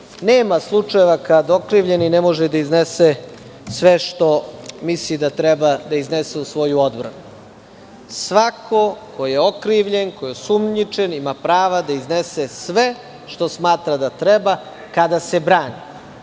Nema slučaja kad okrivljeni ne može da iznese sve što misli da treba da iznese u svoju odbranu. Svako ko je okrivljen, ko je osumnjičen ima prava da iznese sve što smatra da treba kada se brani. Video